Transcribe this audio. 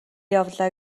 явлаа